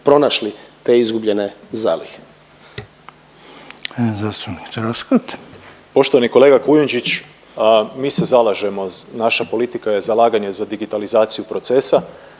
Troskot. **Troskot, Zvonimir (MOST)** Poštovani kolega Kujundžić. Mi se zalažemo, naša politika je zalaganje za digitalizaciju procesa